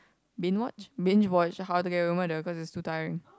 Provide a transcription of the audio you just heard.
been watch binge watch How to Get Away with Murder cause it's too tiring